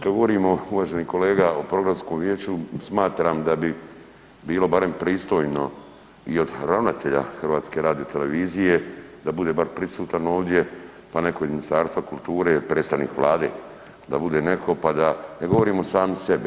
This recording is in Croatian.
Kad govorimo uvaženi kolega o programskom vijeću smatram da bi bilo barem pristojno i od ravnatelja HRT-a da bude bar prisutan ovdje, pa netko iz Ministarstva kulture, predstavnik Vlade da bude netko, ne govorimo sami sebi.